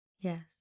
Yes